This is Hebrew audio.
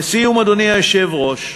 לסיום, אדוני היושב-ראש,